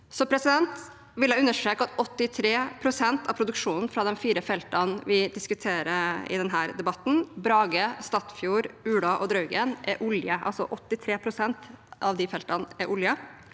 jeg understreke at 83 pst. av produksjonen fra de fire feltene vi diskuterer i denne debatten, Brage, Statfjord, Ula og Draugen, er olje